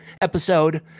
episode